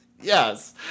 Yes